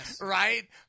Right